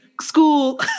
school